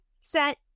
set